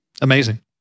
amazing